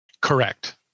correct